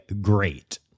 great